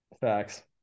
Facts